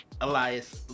Elias